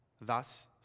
Thus